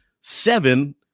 seven